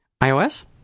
iOS